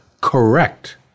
correct